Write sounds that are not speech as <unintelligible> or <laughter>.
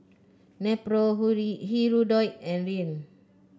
Nepro <unintelligible> Hirudoid and Rene